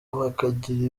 bakagira